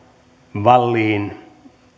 wallin